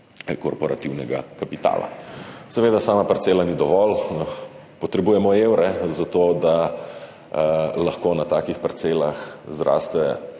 korporativnega kapitala. Seveda sama parcela ni dovolj. Potrebujemo evre, zato da lahko na takih parcelah zraste